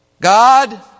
God